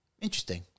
Interesting